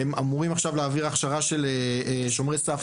הם אמורים עכשיו להעביר הכשרה של שומרי סף